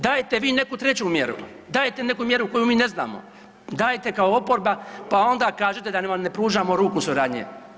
Dajte vi neku treću mjeru, dajte neku mjeru koju mi ne znamo, dajte kao oporba pa onda kažite da vam ne pružamo ruku suradnje.